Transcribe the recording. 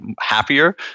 happier